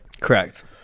Correct